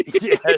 Yes